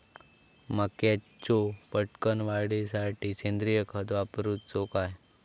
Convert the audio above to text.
मक्याचो पटकन वाढीसाठी सेंद्रिय खत वापरूचो काय?